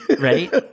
right